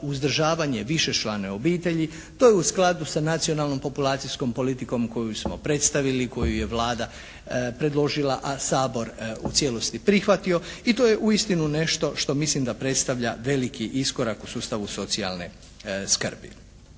uzdržavanje višečlane obitelji. To je u skladu sa nacionalnom populacijskom politikom koju smo predstavili, koju je Vlada predložila a Sabor u cijelosti prihvatio. I to je uistinu nešto što mislim da predstavlja veliki iskorak u sustavu socijalne skrbi.